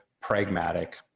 pragmatic